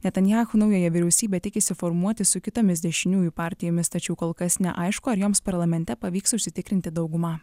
netanyahu naująją vyriausybę tikisi formuoti su kitomis dešiniųjų partijomis tačiau kol kas neaišku ar joms parlamente pavyks užsitikrinti daugumą